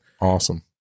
awesome